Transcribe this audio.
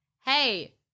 Hey